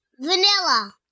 Vanilla